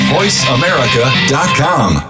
VoiceAmerica.com